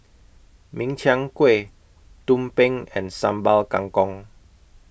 Min Chiang Kueh Tumpeng and Sambal Kangkong